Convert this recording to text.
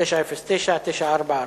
909 ו-944.